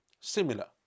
similar